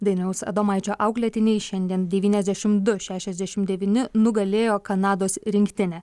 dainiaus adomaičio auklėtiniai šiandien devyniasdešimt du šešiasdešimt devyni nugalėjo kanados rinktinę